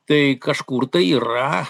tai kažkur tai yra